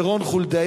זה רון חולדאי.